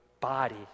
Body